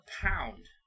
pound